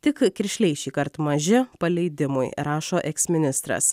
tik kiršliai šįkart maži paleidimui rašo eksministras